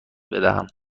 بدهم